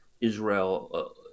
Israel